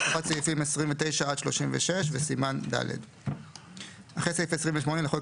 הוספת סעיפים 29 36 וסימן ד' 9. אחרי סעיף 28 לחוק